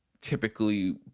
typically